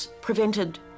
prevented